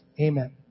Amen